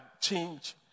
change